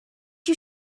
you